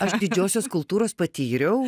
aš didžiosios kultūros patyriau